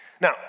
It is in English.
Now